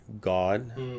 God